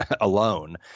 alone